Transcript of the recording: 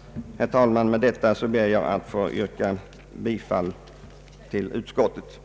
Med detta, herr talman, ber jag att få yrka bifall till utskottets